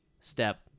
step